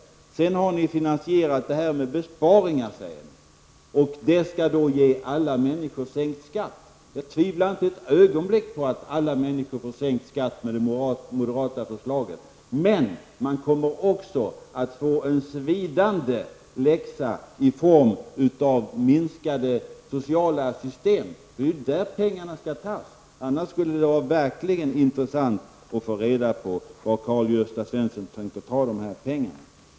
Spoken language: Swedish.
Sedan säger ni att ni har finansierat detta med besparingar och det skulle då ge alla människor sänkt skatt. Jag tvivlar inte ett ögonblick på att alla människor får sänkt skatt med det moderata förslaget. Men man kommer också att få en svidande läxa i form av minskade sociala system. Det är ju där pengarna skall tas ifrån. Annars skulle det verkligen vara intressant att få reda på var Karl Gösta Svenson tänker ta dessa pengar.